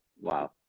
Wow